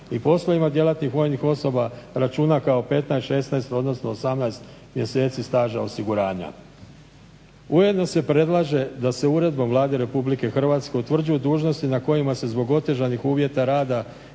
i poslovima djelatnih vojnih osoba računa kao 15, 16, odnosno 18 mjeseci staža osiguranja. Ujedno se predlaže da se uredbom Vlade Republike Hrvatske utvrđuju dužnosti na kojima se zbog otežanih uvjeta rada